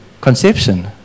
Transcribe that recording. conception